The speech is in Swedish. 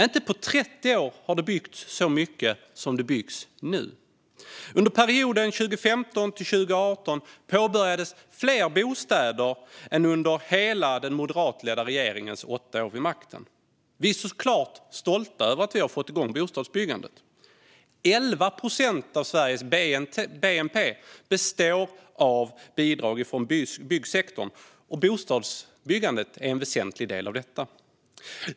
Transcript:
Inte på 30 år har det byggts så mycket som nu. Under perioden 2015-2018 påbörjades fler bostäder än under den moderatledda regeringens alla åtta år vid makten. Vi är såklart stolta över att vi har fått igång bostadsbyggandet. Av Sveriges bnp består 11 procent av bidrag från byggsektorn, och bostadsbyggandet är en väsentlig del av detta.